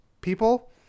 people